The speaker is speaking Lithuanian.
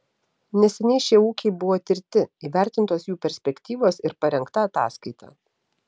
neseniai šie ūkiai buvo tirti įvertintos jų perspektyvos ir parengta ataskaita